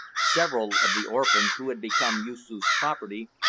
several of the orphans, who had become yoosoof's property,